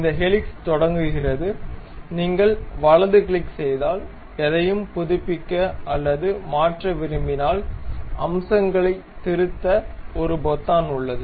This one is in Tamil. இந்த ஹெலிக்ஸ் தொடங்குகிறது நீங்கள் வலது கிளிக் செய்தால் எதையும் புதுப்பிக்க அல்லது மாற்ற விரும்பினால் அம்சங்களைத் திருத்த ஒரு பொத்தான் உள்ளது